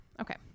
Okay